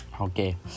Okay